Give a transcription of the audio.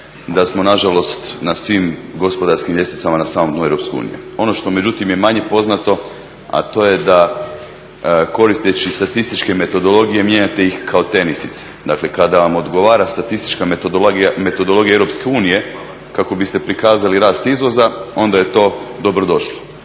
da smo na žalost na svim gospodarskim ljestvicama na samom dnu EU. Ono što međutim je manje poznato, a to je da koristeći statističke metodologije mijenjate ih kao tenisice. Dakle, kada vam odgovara statistička metodologija EU kako biste prikazali rast izvoza onda je to dobro došlo.